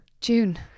June